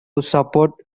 support